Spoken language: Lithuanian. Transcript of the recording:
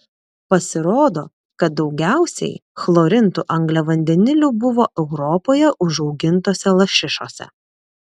pasirodo kad daugiausiai chlorintų angliavandenilių buvo europoje užaugintose lašišose